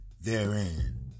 therein